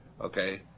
Okay